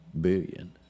billion